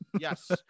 Yes